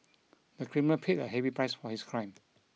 the criminal paid a heavy price for his crime